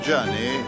journey